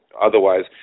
otherwise